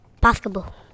Basketball